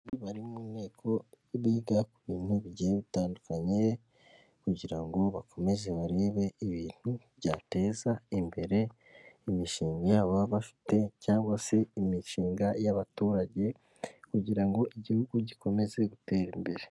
Abantu bari mu nteko biga ku bintu bigiye bitandukanye, kugira ngo bakomeze barebe ibintu byateza imbere imishinga yabo baba bafite cyangwa se imishinga y'abaturage kugira ngo igihugu gikomeze gutera imbere.